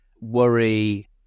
worry